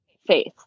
Faith